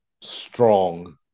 strong